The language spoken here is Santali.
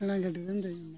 ᱥᱮᱬᱟ ᱜᱟᱹᱰᱤ ᱨᱮᱢ ᱫᱮᱡ ᱮᱱᱟ